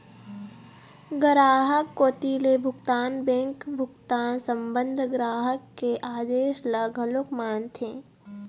गराहक कोती ले भुगतान बेंक भुगतान संबंध ग्राहक के आदेस ल घलोक मानथे